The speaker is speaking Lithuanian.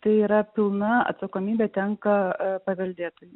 tai yra pilna atsakomybė tenka paveldėtojai